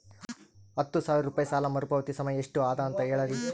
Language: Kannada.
ಹತ್ತು ಸಾವಿರ ರೂಪಾಯಿ ಸಾಲ ಮರುಪಾವತಿ ಸಮಯ ಎಷ್ಟ ಅದ ಅಂತ ಹೇಳರಿ?